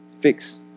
fix